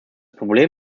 problem